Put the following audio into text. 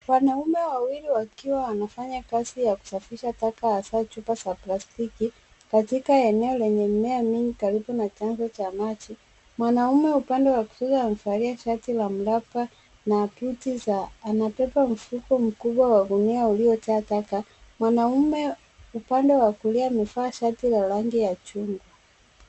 Wanaume wawili wakiwa wanafanya kazi ya kusafisha taka hasa chupa za plastiki katika eneo lenye mimea mingi karibu na chanzo cha maji. Mwanaume upande wa kushoto, amevalia shati la mraba na buti, anabeba mfuko mkubwa wa gunia uliyojaa taka. Mwanaume upande wa kulia amevaa shati la rangi ya chungwa.